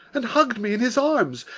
and hugg'd me in his arms,